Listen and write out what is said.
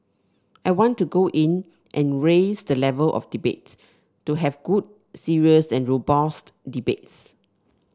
I want to go in and raise the level of debate to have good serious and robust debates